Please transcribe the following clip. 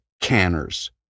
canners